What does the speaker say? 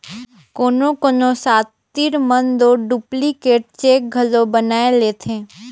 कोनो कोनो सातिर मन दो डुप्लीकेट चेक घलो बनाए लेथें